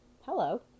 Hello